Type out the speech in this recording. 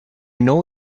know